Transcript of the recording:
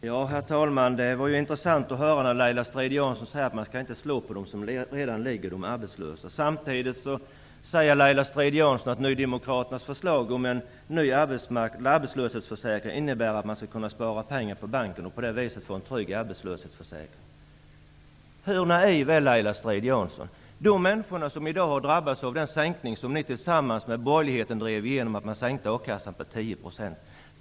Herr talman! Det var intressant att höra Laila Strid Jansson säga att man inte skall slå på dem som redan ligger -- de arbetslösa. Samtidigt säger Laila Strid-Jansson att nydemokraternas förslag om en ny arbetslöshetsförsäkring innebär att man skall kunna spara pengar på banken och därigenom få en trygg arbetslöshetsförsäkring. Hur naiv är Laila Strid-Jansson? Ny demokrati tillsammans med borgerligheten drev igenom en sänkning av a-kassan med 10 %.